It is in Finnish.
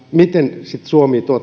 miten sitten suomi